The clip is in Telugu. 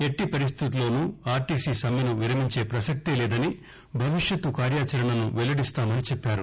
ఎట్టి పరిస్థితులలోనూ ఆర్టీసి సమ్మెను విరమించే పసక్తే లేదని భవిష్యత్ కార్యాచరణను వెల్లడిస్తామని చెప్పారు